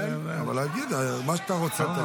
כן, ולהגיד מה שאתה רוצה.